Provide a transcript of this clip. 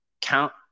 count